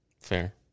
Fair